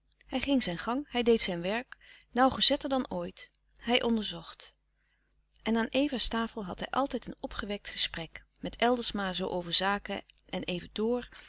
hij ging zijn gang hij deed zijn werk nauwgezetter dan ooit hij onderzocht en aan eva's tafel had hij altijd een opgewekt gesprek met eldersma zoo over zaken er even door